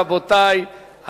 רבותי,